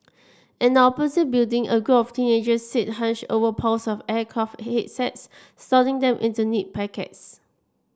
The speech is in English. in the opposite building a group of teenagers sit hunched over piles of aircraft headsets slotting them into neat packets